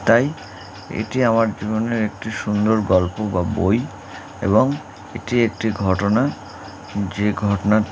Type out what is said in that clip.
তাই এটি আমার জীবনের একটি সুন্দর গল্প বা বই এবং এটি একটি ঘটনা যে ঘটনা